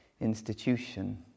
institution